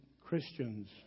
Christians